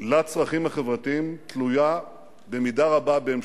אבל לא עדרת את הערוגה סביב העץ,